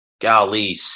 golly